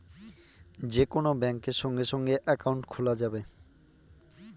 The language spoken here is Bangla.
যে কোন ব্যাঙ্কে সঙ্গে সঙ্গে একাউন্ট খোলা যাবে